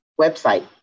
website